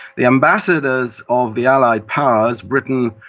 the ambassadors of the allied powers britain,